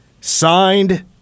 Signed